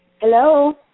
Hello